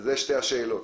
אלה שתי השאלות.